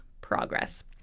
progress